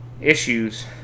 issues